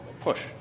push